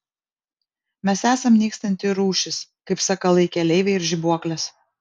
mes esam nykstanti rūšis kaip sakalai keleiviai ir žibuoklės